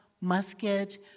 musket